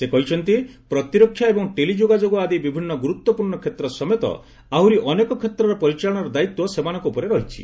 ସେ କହିଛନ୍ତି ପ୍ରତିରକ୍ଷା ଏବଂ ଟେଲି ଯୋଗାଯୋଗ ଆଳି ବିଭିନ୍ନ ଗୁରୁତ୍ୱପୂର୍ଣ୍ଣ କ୍ଷେତ୍ର ସମେତ ଆହୁରି ଅନେକ କ୍ଷେତ୍ରର ପରିଚାଳନାର ଦାୟିତ୍ୱ ସେମାନଙ୍କ ଉପରେ ରହିଛି